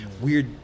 weird